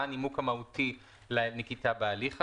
מה הנימוק המהותי לנקיטה בהליך הזה.